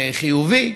חיובי,